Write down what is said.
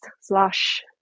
slash